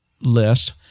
list